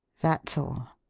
that's all.